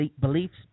beliefs